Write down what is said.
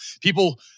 People